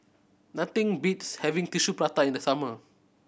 nothing beats having Tissue Prata in the summer